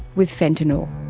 with fentanyl.